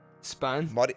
Span